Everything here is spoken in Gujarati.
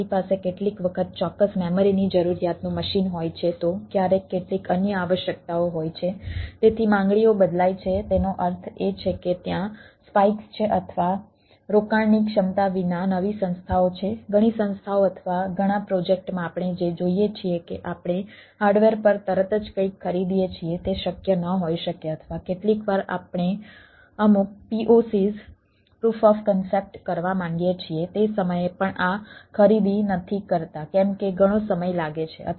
મારી પાસે કેટલીક વખત ચોક્કસ મેમરી અથવા અસ્થાયી માળખાકીય જરૂરિયાતો માટે તેથી તેનો અર્થ એ છે કે આપણે શું કહીએ છીએ તે પ્રૂફ ઓફ કન્સેપ્ટ વગેરે